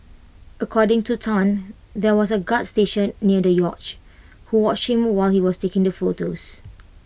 according to Tan there was A guard stationed near the yacht who watched him while he was taking the photos